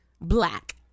Black